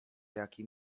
jaki